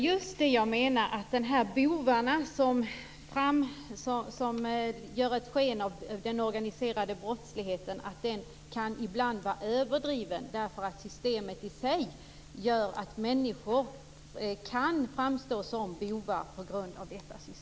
Fru talman! Jag menar just att de bovar som ger ett sken av den organiserade brottsligheten ibland kan vara överdrivna, därför att systemet i sig gör att människor kan framstå som bovar.